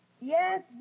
yes